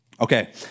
Okay